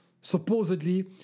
supposedly